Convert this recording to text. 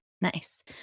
Nice